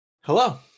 Hello